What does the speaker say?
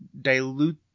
dilute